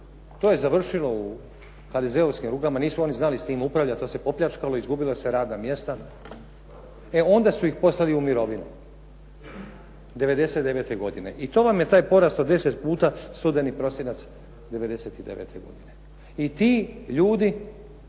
To je završilo u HDZ-ovskim rukama. Nisu oni znali s tim upravljati. To se popljačkalo, izgubila su se radna mjesta. E onda su ih poslali u mirovinu '99. godine. I to vam je taj porast od 10 puta studeni/prosinac '99. godine i ti ljudi